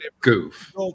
goof